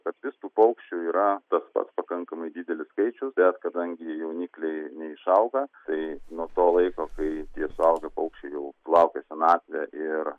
kad vis tų paukščių yra tas pats pakankamai didelis skaičius bet kadangi jaunikliai neišauga tai nuo to laiko kai tie suaugę paukščiai jau laukia senatvė ir